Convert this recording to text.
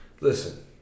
Listen